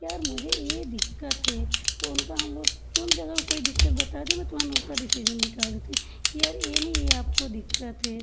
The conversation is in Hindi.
यार मुझे ये दिक्कत है तो उनका हम लोग तुरंत जो अगर कोई दिक्कत बता दें मैं तुरंत उनका डिसीजन निकाल देती हूँ कि यार ये नहीं ये आपको दिक्कत है